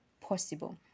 possible